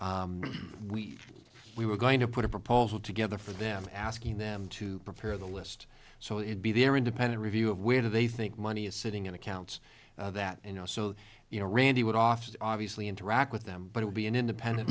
years we we were going to put a proposal together for them asking them to prepare the list so it be their independent review of where they think money is sitting in accounts that you know so you know randy would often obviously interact with them but it would be an independent